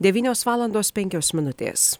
devynios valandos penkios minutės